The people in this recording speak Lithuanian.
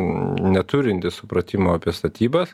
neturintis supratimo apie statybas